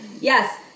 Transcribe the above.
Yes